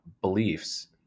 beliefs